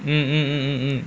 mmhmm mmhmm mm